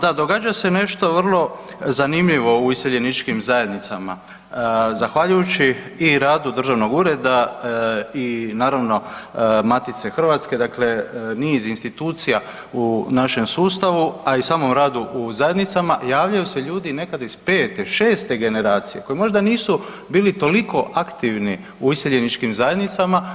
Da, događa se nešto vrlo zanimljivo u iseljeničkim zajednicama zahvaljujući i radu Državnog ureda i naravno Matice hrvatske, dakle niz institucija u našem sustavu, a i u samom radu u zajednicama javljaju se ljudi nekada iz pete, šeste generacije koji možda nisu bili toliko aktivni u iseljeničkim zajednicama.